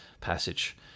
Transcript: passage